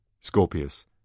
Scorpius